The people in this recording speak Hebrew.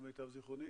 למיטב זיכרוני,